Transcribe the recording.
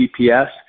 GPS